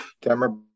Camera